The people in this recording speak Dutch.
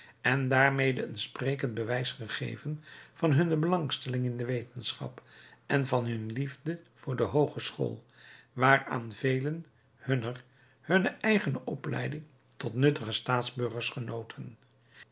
en daarmede een sprekend bewijs gegeven van hunne belangstelling in de wetenschap en van hunne liefde voor de hoogeschool waaraan velen hunner hunne eigene opleiding tot nuttige staatsburgers genoten